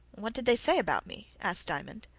what did they say about me? asked diamond.